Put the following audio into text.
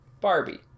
Barbie